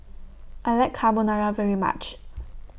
I like Carbonara very much